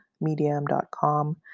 Medium.com